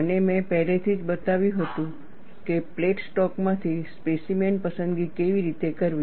અને મેં પહેલેથી જ બતાવ્યું હતું કે પ્લેટ સ્ટોકમાંથી સ્પેસીમેન પસંદગી કેવી રીતે કરવી